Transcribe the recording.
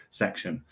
section